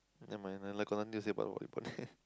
never mind I like got nothing to say